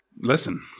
listen